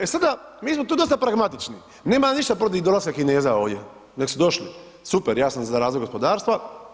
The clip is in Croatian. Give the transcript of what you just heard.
E sada, mi smo tu dosta pragmatični, nemam ja ništa protiv dolaska Kineza ovdje, nek su došli, super, ja sam za razvoj gospodarstva.